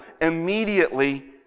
Immediately